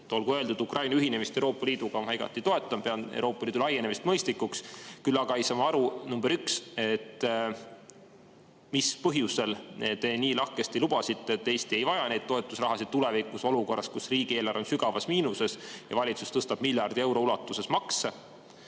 Olgu öeldud, Ukraina ühinemist Euroopa Liiduga ma igati toetan, pean Euroopa Liidu laienemist mõistlikuks. Küll aga ei saa ma aru, esiteks, mis põhjusel te nii lahkesti lubasite, et Eesti ei vaja tulevikus neid toetusrahasid, olukorras, kus riigieelarve on sügavas miinuses ja valitsus tõstab miljardi euro ulatuses makse.